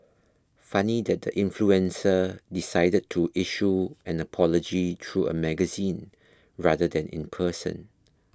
funny that the influencer decided to issue an apology through a magazine rather than in person